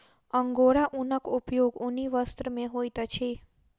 angora ऊनक उपयोग ऊनी वस्त्र में होइत अछि